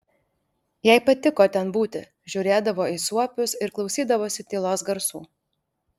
jai patiko ten būti žiūrėdavo į suopius ir klausydavosi tylos garsų